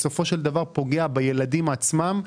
בסופו של דבר פוגע בילדים עצמם.